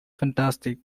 fantastic